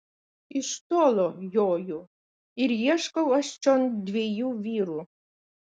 iš tolo joju ir ieškau aš čion dviejų vyrų